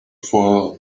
for